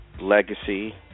legacy